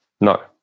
No